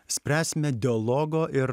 spręsime dialogo ir